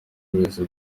ubuyobozi